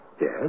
Yes